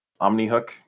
Omnihook